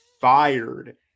fired